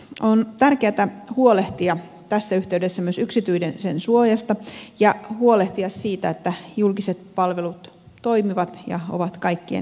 on tärkeätä huolehtia tässä yhteydessä myös yksityisyydensuojasta ja huolehtia siitä että julkiset palvelut toimivat ja ovat kaikkien saatavilla